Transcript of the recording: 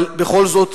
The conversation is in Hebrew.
אבל בכל זאת,